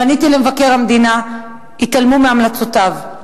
פניתי למבקר המדינה, התעלמו מהמלצותיו.